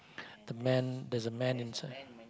the man there's a man inside